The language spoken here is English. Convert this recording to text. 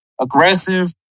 aggressive